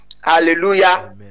Hallelujah